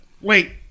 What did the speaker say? Wait